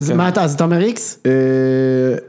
אז מה אתה, אז אתה אומר איקס? אההה...